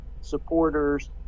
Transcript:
supporters